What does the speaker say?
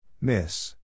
Miss